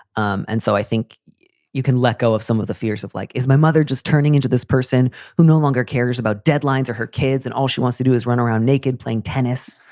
um and so i think you can let go of some of the fears of, like, is my mother just turning into this person who no longer cares about deadlines or her kids and all she wants to do is run around naked playing tennis.